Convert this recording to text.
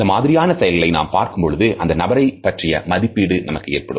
இந்த மாதிரியான செயல்களை நாம் பார்க்கும் பொழுது அந்த நபரைப் பற்றிய மதிப்பீடு நமக்கு ஏற்படும்